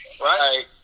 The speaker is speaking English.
right